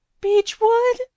beechwood